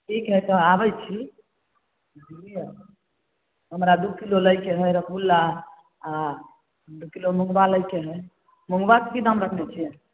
ठीक हइ तऽ आबै छी बुझलियै हमरा दू किलो लैके हइ रसगुल्ला आ दू किलो मुङ्गबा लैके हइ मुङ्गबाके की दाम रखने छियै